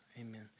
amen